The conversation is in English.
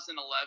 2011